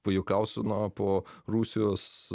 pajuokausiu na po rusijos